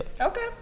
Okay